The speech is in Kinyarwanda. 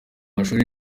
amashuri